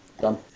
done